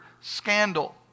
scandal